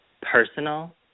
personal